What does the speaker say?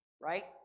Right